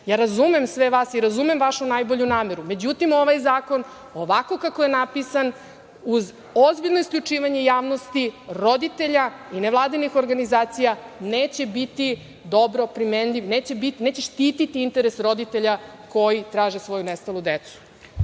Ja razumem sve vas i razumem vašu najbolju nameru.Međutim, ovaj zakon, ovako kako je napisan, uz ozbiljno isključivanje javnosti, roditelja i nevladinih organizacija, neće biti dobro primenljiv, neće štititi interes roditelja koji traže svoju nestalu decu.